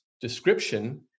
description